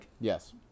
Yes